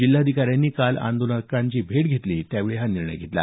जिल्हाधिकाऱ्यांनी काल आंदोलनकर्त्यांची बैठक घेतली त्यावेळी हा निर्णय घेतला